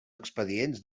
expedients